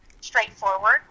straightforward